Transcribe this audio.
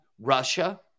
Russia